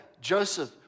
Joseph